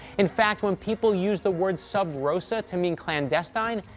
in fact, when people used the word sub-rosa to mean clandestine,